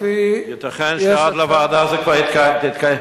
לפי, ייתכן שעד, לוועדה זה כבר, הלוואי.